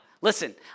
Listen